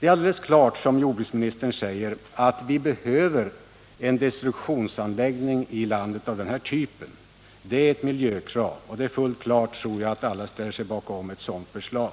Det är alldeles klart, som jordbruksministern säger, att vi behöver en destruktionsanläggning av den här typen i landet. Det är ett miljökrav, och jag tror att det är fullt klart att alla ställer sig bakom ett sådant förslag.